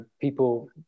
people